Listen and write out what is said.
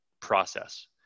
process